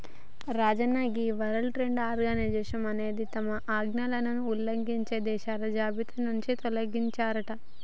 రాజన్న గీ World Trade Organisation అనేది తమ ఆజ్ఞలను ఉల్లంఘించే దేశాల జాబితా నుంచి తొలగిస్తారట